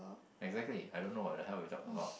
exactly I don't know what the hell we talk about